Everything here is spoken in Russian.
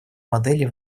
модели